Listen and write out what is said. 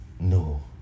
no